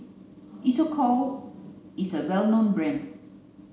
Isocal is a well known brand